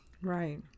Right